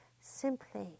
simply